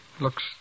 Looks